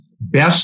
best